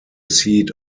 seat